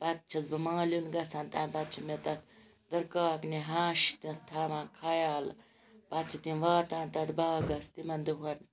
پَتہٕ چھَس بہٕ مالیُن گَژھان تمہِ پَتہٕ چھِ مےٚ تَتھ دٕرکاکنہِ ہَش تَتھ تھاوان خَیال پَتہ چھِ تِم واتان تَتھ باغَس تِمَن دۄہَن